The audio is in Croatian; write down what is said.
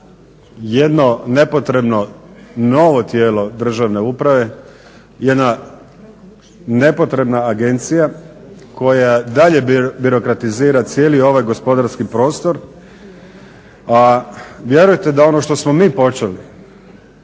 jedno nepotrebno novo tijelo državne uprave, jedna nepotrebna agencija koja dalje birokratizira cijeli ovaj gospodarski prostor. A vjerujete da ono što smo mi počeli